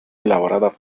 elaborada